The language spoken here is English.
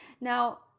Now